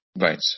Right